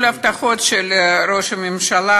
כל ההבטחות של ראש הממשלה,